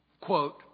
quote